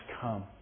come